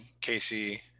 casey